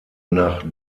nach